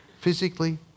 physically